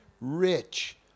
Rich